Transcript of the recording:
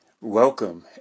Welcome